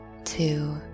two